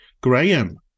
graham